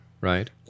Right